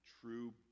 true